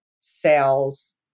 sales